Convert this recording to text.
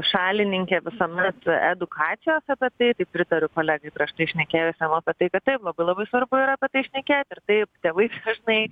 šalininkė visuomet edukacijos apie tai tai pritariu kolegai prieš tai šnekėjusiam apie tai kad taip labai labai svarbu yra apie tai šnekėti ir taip tėvai dažnai